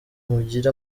mugire